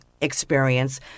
experience